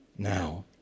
Now